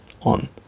on